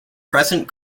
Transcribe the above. present